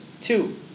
Two